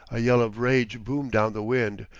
a yell of rage boomed down the wind,